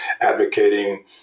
advocating